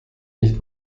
nicht